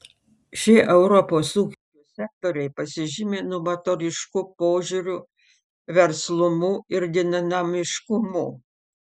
šie europos ūkio sektoriai pasižymi novatorišku požiūriu verslumu ir dinamiškumu